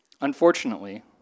Unfortunately